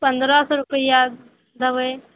पन्द्रह सओ रुपैआ देबय